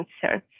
concerns